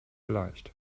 leicht